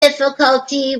difficulty